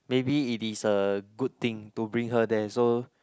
maybe it is a good thing to bring her there so